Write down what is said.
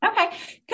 Okay